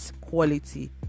quality